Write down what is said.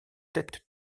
tête